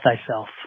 thyself